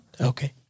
Okay